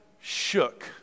shook